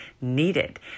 needed